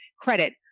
credit